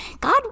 God